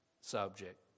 subject